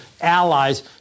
allies